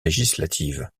législative